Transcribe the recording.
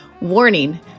Warning